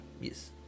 yes